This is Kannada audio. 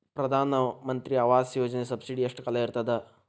ಪ್ರಧಾನ ಮಂತ್ರಿ ಆವಾಸ್ ಯೋಜನಿ ಸಬ್ಸಿಡಿ ಎಷ್ಟ ಕಾಲ ಇರ್ತದ?